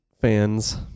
fans